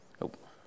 Nope